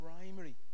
primary